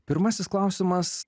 pirmasis klausimas